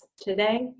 today